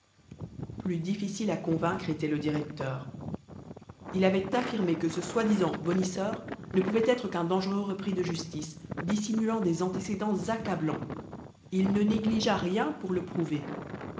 plus difficile à convaincre était le directeur il avait affirmé que ce soi-disant bonisseur ne pouvait être qu'un dangereux repris de justice dissimulant des antécédents accablants il ne négligea rien pour le prouver